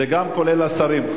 זה גם כולל את השרים.